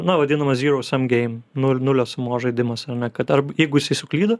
na vadinamas zyro sum geim nul nulio sumos žaidimas ar ne kad ar arb jeigu jisai suklydo